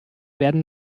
werden